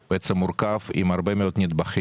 הוא עוסק רק בשינוי של הגדרות.